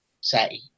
say